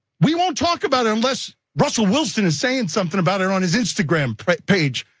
we won't talk about it unless russell wilson is saying something about it on his instagram page.